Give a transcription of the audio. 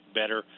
better